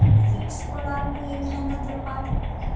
Seeds పొలాలను ఏ విధంగా దులపాలి?